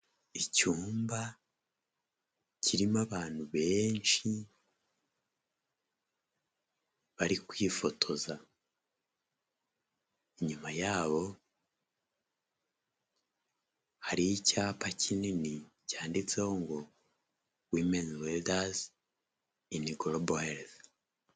Icyumba kirimo abantu benshi bari kwifotoza, inyuma yabo hari icyapa kinini cyanditseho ngo women leaders in global health.